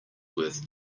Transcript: worth